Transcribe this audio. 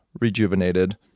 rejuvenated